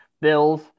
Bills